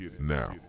Now